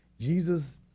Jesus